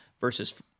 versus